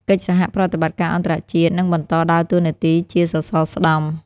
កិច្ចសហប្រតិបត្តិការអន្តរជាតិនឹងបន្តដើរតួនាទីជាសសរស្តម្ភ។